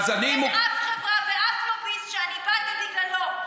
אין אף חברה ואף לוביסט שאני באתי בגללו.